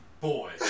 Boy